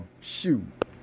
shoot